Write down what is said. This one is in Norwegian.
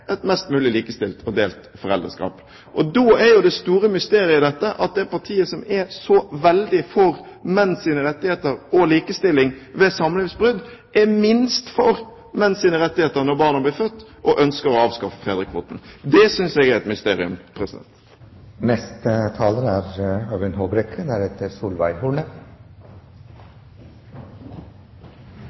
et mest mulig likestilt og delt foreldreskap. Da er det store mysteriet at det partiet som er så veldig for menns rettigheter og likestilling ved samlivsbrudd, er minst for menns rettigheter når barna blir født, og ønsker å avskaffe fedrekvoten. Det synes jeg er et mysterium. Representanten Horne